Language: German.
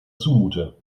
zumute